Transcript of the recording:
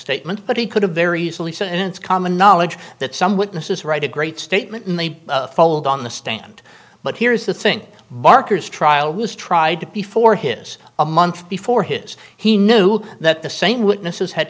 statement but he could have very easily said it's common knowledge that some witnesses write a great statement and they fold on the stand but here's the thing barker's trial was tried to be for his a month before his he knew that the same witnesses had